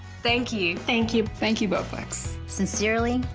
thank you. thank you. thank you, bowflex. sincerely,